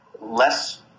less